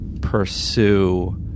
pursue